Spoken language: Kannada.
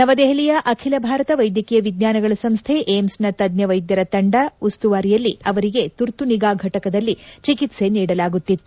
ನವದೆಹಲಿಯ ಅಖಿಲ ಭಾರತ ವೈದ್ಯಕೀಯ ವಿಜ್ಞಾನಗಳ ಸಂಸ್ಥೆ ಏಮ್ಗಿನ ತಜ್ಞ ವೈದ್ಯರ ತಂಡದ ಉಸ್ತುವಾರಿಯಲ್ಲಿ ಅವರಿಗೆ ತುರ್ತು ನಿಗಾ ಫಟಕದಲ್ಲಿ ಚಿಕಿತ್ಸ ನೀಡಲಾಗುತ್ತಿತ್ತು